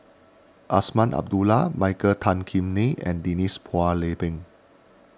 Azman Abdullah Michael Tan Kim Nei and Denise Phua Lay Peng